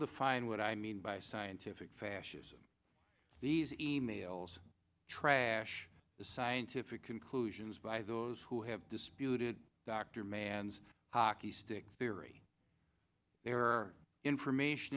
define what i mean by scientific fascism these e mails try the scientific conclusions by those who have disputed dr man's hockey stick theory their information